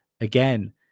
Again